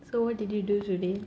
so what did you do today